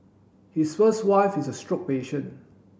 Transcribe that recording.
his first wife is a stroke patient